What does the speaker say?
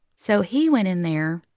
so he went in there,